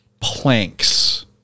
planks